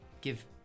give